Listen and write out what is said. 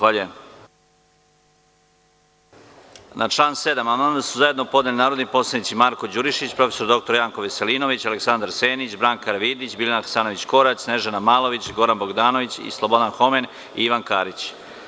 Na član 7. amandman su zajedno podneli narodni poslanici Marko Đurišići, prof. dr Janko Veselinović, Aleksandar Senić, Branka Karavidić, Biljana Hasanović – Korać, Snežana Malović, Goran Bogdanović, Slobodan Homen i Ivan Karić.